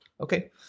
Okay